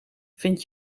vind